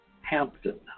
Hampton